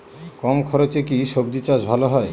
কম খরচে কি সবজি চাষ ভালো হয়?